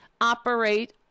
operate